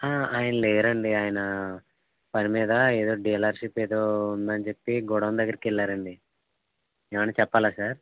ఆయన లేరండి ఆయన పని మీద ఏదో డీలర్షిప్ ఏదో ఉందని చెప్పి గొడౌన్ దగ్గరకు వెళ్లారండి ఏమైనా చెప్పాలా సార్